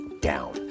down